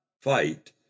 fight